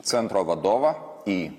centro vadovą į